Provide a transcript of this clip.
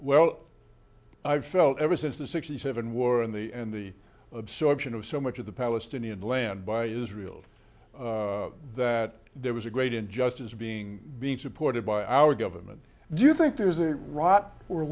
well i've felt ever since the sixty seven war and the and the absorption of so much of the palestinian land by israel that there was a great injustice being being supported by our government do you think there's a rot or